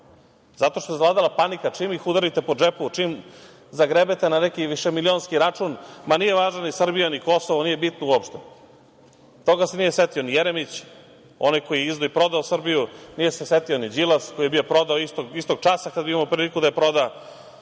zato što je zavladala panika. Čim ih udarite po džepu, čim zagrebete na neki višemilijonski račun, ma nije važna ni Srbija, ni Kosovo, nije bitno uopšte. Toga se nije setio ni Jeremić, onaj koji je izdao i prodao Srbiju, nije se setio ni Đilas, koji je bi je prodao istog časa kad bi imao priliku da je proda,